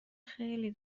خیلی